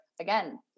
again